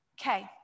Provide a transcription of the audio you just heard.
Okay